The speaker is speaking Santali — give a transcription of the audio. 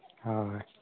ᱦᱳᱭ